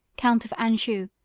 count of anjou,